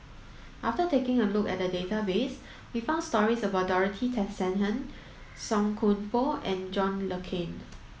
after taking a look at the database we found stories about Dorothy Tessensohn Song Koon Poh and John Le Cain